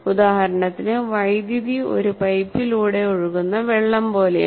ഉദാഹരണത്തിന് വൈദ്യുതി ഒരു പൈപ്പിലൂടെ ഒഴുകുന്ന വെള്ളം പോലെയാണ്